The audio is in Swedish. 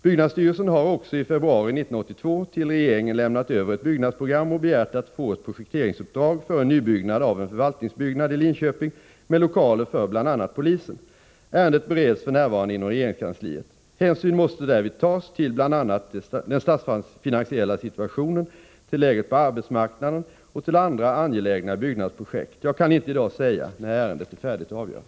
Byggnadsstyrelsen har också i februari 1982 till regeringen lämnat över ett byggnadsprogram och begärt att få ett projekteringsuppdrag för en nybyggnad av en förvaltningsbyggnad i Linköping med lokaler för bl.a. polisen. Ärendet bereds f.n. inom regeringskansliet. Hänsyn måste därvid tas till bl.a. den statsfinansiella situationen, läget på arbetsmarknaden och andra angelägna byggnadsprojekt. Jag kan inte i dag säga när ärendet är färdigt att avgöras.